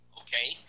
okay